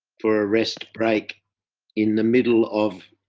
for a rest break in the middle of